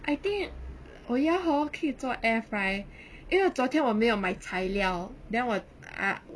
I think oh ya hor 可以做 air fry 因为昨天我没有买材料 then 我 ah